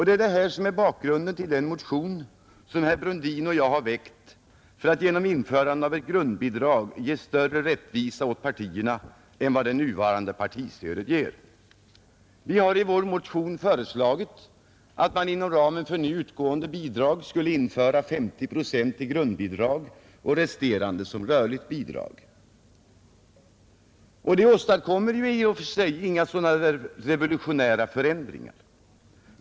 Dessa förhållanden ligger till grund för den motion som herr Brundin och jag har väckt. Motionen syftar till införandet av ett grundbidrag, som skulle ge större rättvisa åt partierna än det nuvarande partistödet ger. Vi har i vår motion föreslagit att man inom ramen för nu utgående bidrag skulle låta 50 procent utgå som grundbidrag och resterande som rörligt bidrag. Det åstadkommer i och för sig inga revolutionerande förändringar.